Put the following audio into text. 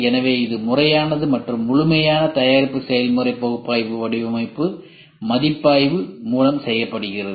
எனவே இது முறையானது மற்றும் முழுமையான தயாரிப்பு செயல்முறை பகுப்பாய்வு வடிவமைப்பு மதிப்பாய்வு மூலம் செய்யப்படுகிறது